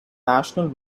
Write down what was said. national